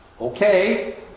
okay